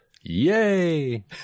Yay